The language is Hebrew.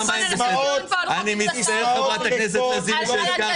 בוא נעשה דיון פה על חוק עידוד השקעות הון --- לא לא,